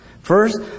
First